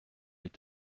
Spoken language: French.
est